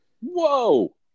whoa